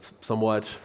somewhat